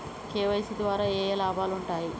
KYC ద్వారా ఏఏ లాభాలు ఉంటాయి?